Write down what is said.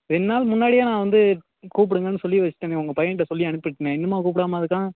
ரெண்டு நாள் முன்னாடியே நான் வந்து கூப்பிடுங்கனு சொல்லி வெச்சிட்டனே உங்கள் பையன்ட்ட சொல்லி அனுப்பிட்டேனே இன்னுமா கூப்பிடாம இருக்கான்